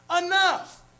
Enough